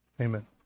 Amen